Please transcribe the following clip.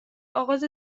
اغاز